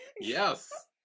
Yes